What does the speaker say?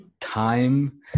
Time